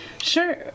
Sure